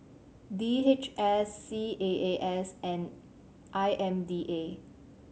D H S C A A S and I M D A